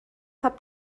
habt